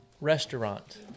restaurant